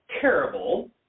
terrible